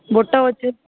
బుట్ట వచ్చే